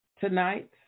tonight